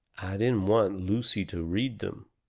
didn't want lucy to read them.